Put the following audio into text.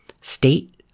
State